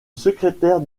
secrétaire